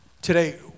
Today